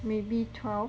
maybe twelve